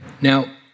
Now